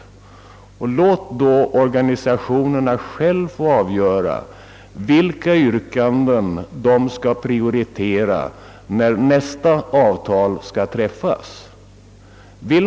Låt då organisationerna själva få avgöra vilka yrkanden de skall prioritera vid nästa avtalsförhandling.